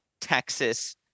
Texas